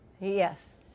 Yes